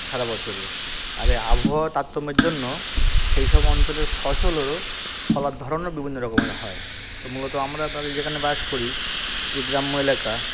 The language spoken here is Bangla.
সারা বছরে আর এ আবহাওয়ার তারতম্যের জন্য সেই সব অঞ্চলের ফসলেরও ফলার ধরনও বিভিন্ন রকমের হয় তো মূলত আমরা ভাবি আপনার যেখানে বাস করি যে গ্রাম্য এলাকা